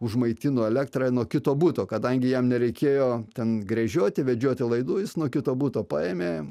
užmaitino elektrą nuo kito buto kadangi jam nereikėjo ten gręžioti vedžioti laidų jis nuo kito buto paėmė